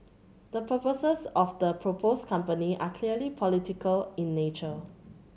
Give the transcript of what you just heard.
the purposes of the proposed company are clearly political in nature